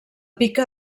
pica